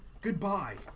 Goodbye